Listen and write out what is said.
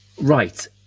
Right